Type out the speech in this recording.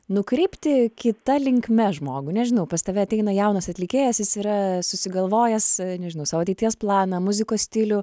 nukreipti kita linkme žmogų nežinau pas tave ateina jaunas atlikėjas jis yra susigalvojęs nežinau savo ateities planą muzikos stilių